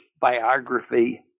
biography